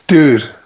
Dude